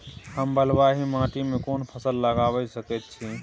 हम बलुआही माटी में कोन फसल लगाबै सकेत छी?